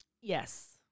Yes